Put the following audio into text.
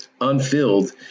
unfilled